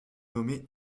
nommé